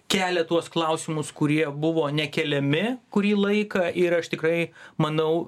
kelia tuos klausimus kurie buvo nekeliami kurį laiką ir aš tikrai manau